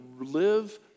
live